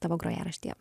tavo grojaraštyje